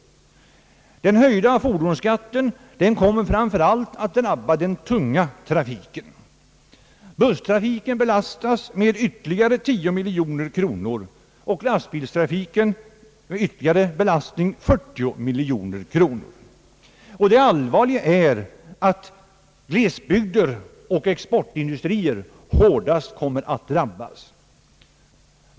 Den höjda fordonsskatten kommer framför allt att drabba den tunga trafiken. Busstrafiken belastas med ytterligare 10 miljoner kronor och lastbilstrafiken med 40 miljoner kronor. Det allvarliga är att glesbygder och exportindustrierna hårdast kommer att drabbas.